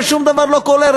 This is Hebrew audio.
ושום דבר לא קורה,